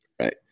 right